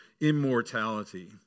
immortality